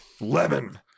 lemon